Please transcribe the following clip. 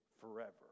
forever